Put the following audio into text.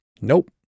Nope